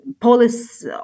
police